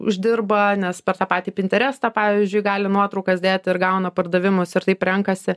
uždirba nes per tą patį pinterestą pavyzdžiui gali nuotraukas dėt ir gauna pardavimus ir taip renkasi